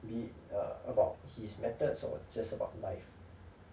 we uh about his methods or just about life